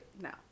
now